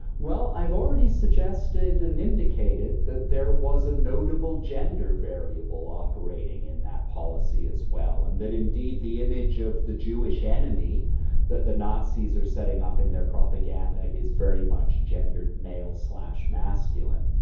well, i've already suggested and indicated that there was a notable gender variable operating in that policy as well and that indeed the image of the jewish enemy that the nazis are setting up in their propaganda is very much gendered male masculine.